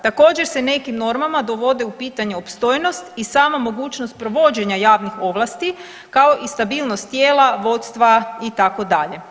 Također se nekim normama dovode u pitanje opstojnost i sama mogućnost provođenja javnih ovlasti, kao i stabilnost tijela, vodstva, itd.